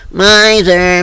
miser